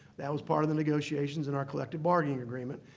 that was part of the negotiations in our collective bargaining agreement,